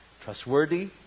Trustworthy